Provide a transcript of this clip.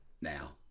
now